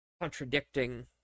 contradicting